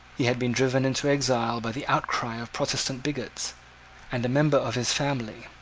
he had been driven into exile by the outcry of protestant bigots and a member of his family,